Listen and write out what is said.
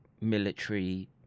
military